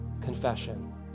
confession